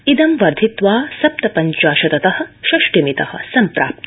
इदं वर्धित्वा सप्तपञ्चाशत त षष्टि मित सम्प्राप्त